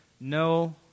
no